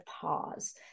pause